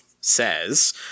says